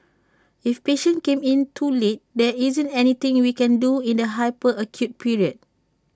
if patients came in too late there isn't anything we can do in the hyper acute period